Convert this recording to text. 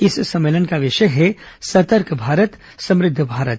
इस सम्मेलन का विषय है सतर्क भारत समृद्ध भारत